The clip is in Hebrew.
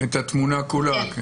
התמונה כולה.